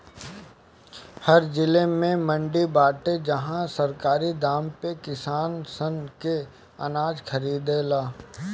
हर जिला में मंडी बाटे जहां सरकारी दाम पे किसान सन के अनाज खरीदाला